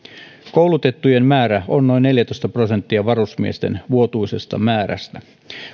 koulutettujen määrä on noin neljätoista prosenttia varusmiesten vuotuisesta määrästä